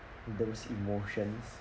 those emotions